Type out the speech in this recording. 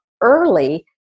early